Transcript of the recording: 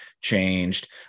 changed